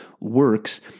works